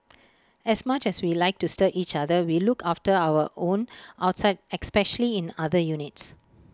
as much as we like to stir each other we look after our own outside especially in other units